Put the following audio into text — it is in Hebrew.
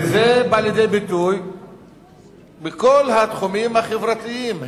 וזה בא לידי ביטוי בכל התחומים החברתיים,